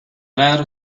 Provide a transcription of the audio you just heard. letter